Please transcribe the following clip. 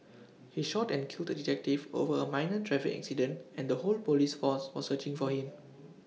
he shot and killed the detective over A minor traffic accident and the whole Police force was searching for him